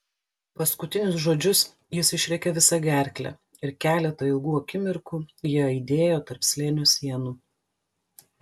paskutinius žodžius jis išrėkė visa gerkle ir keletą ilgų akimirkų jie aidėjo tarp slėnio sienų